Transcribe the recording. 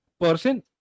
person